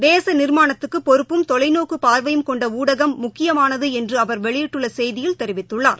தேசநிர்மாணத்துக்குபொறுப்பும் தொலைநோக்குபார்வையும் கொண்டஉளடகம் முக்கியமானதுஎன்றுஅவர் டுவிட்டர் செய்தியில் தெரிவித்துள்ளார்